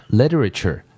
literature